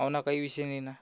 हो ना काही विषय नाही ना